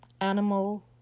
Animal